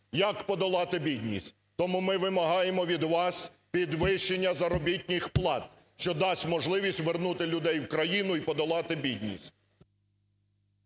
Як подолати бідність? Тому ми вимагаємо від вас підвищення заробітних плат, що дасть можливість вернути людей в країну і подолати бідність.